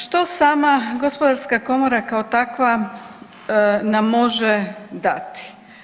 Što sama Gospodarska komora kao takva nam može dati?